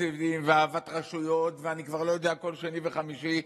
תקציבים והעברת רשויות כל שני וחמישי,